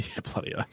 Bloody